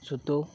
ᱥᱩᱛᱳ